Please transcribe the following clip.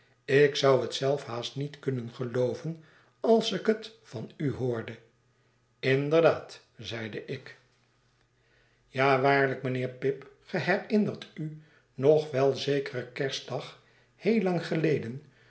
ik zou het zelf haast niet kunnen gelooven als ik het van u hoorde inderdaad zeide ik ja waarlijk mijnheer pip ge herinnert u nog wel zekeren kerstdag heel lang geleden